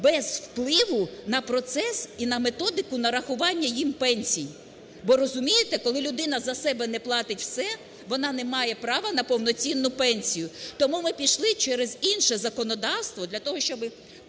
без впливу на процес і на методику нарахування їм пенсій. Бо, розумієте, коли людина за себе не платить все, вона не має права на повноцінну пенсію. Тому ми пішли через інше законодавство для того, щоби